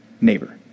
neighbor